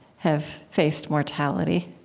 have faced mortality.